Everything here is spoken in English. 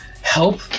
help